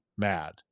mad